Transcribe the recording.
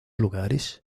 lugares